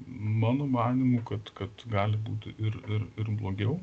mano manymu kad kad gali būti ir ir ir blogiau